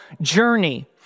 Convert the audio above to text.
journey